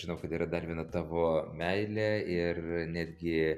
žinau kad yra dar viena tavo meilė ir netgi